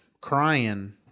crying